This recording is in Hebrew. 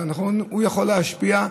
הוא יכול להשפיע,